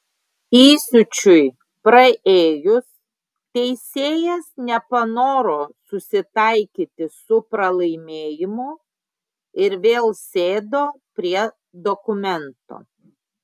įsiūčiui praėjus teisėjas nepanoro susitaikyti su pralaimėjimu ir vėl sėdo prie dokumento